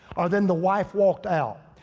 or then the wife walked out,